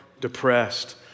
depressed